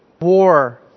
war